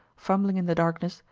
fumbling in the darkness,